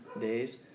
days